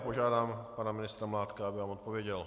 Požádám pana ministra Mládka, aby vám odpověděl.